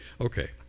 okay